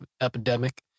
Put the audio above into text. epidemic